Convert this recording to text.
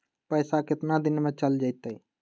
पैसा कितना दिन में चल जतई?